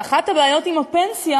ואחת הבעיות עם הפנסיה